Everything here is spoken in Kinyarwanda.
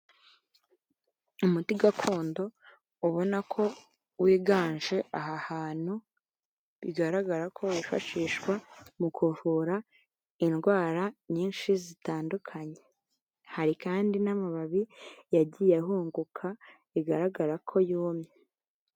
Umuti gakondo ubona ko wiganje aha hantu, bigaragara ko wifashishwa mu kuvura indwara nyinshi zitandukanye. Hari kandi n'amababi yagiye ahunguka, bigaragara ko yumye.